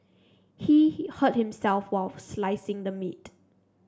he hurt himself while slicing the meat